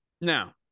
Now